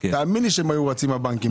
תאמין לי שהם היו רצים הבנקים.